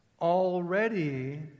Already